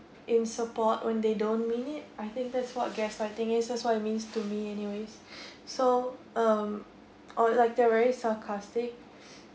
in support when they don't mean it I think that's what guess I think is that's what it means to me anyways so um oh like they're very sarcastic